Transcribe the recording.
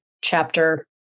chapter